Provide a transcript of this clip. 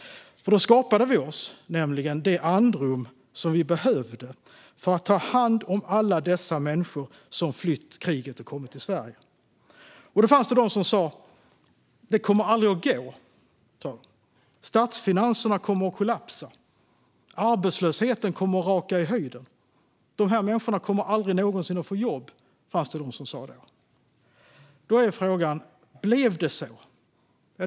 Vi skapade oss då nämligen det andrum som vi behövde för att ta hand om alla dessa människor som hade flytt kriget och kommit till Sverige. Det fanns de som sa: Det kommer aldrig att gå! Statsfinanserna kommer att kollapsa. Arbetslösheten kommer att raka i höjden. De här människorna kommer aldrig någonsin att få jobb. Då är frågan: Blev det så?